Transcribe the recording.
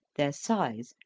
their size,